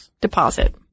deposit